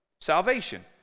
salvation